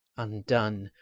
undone,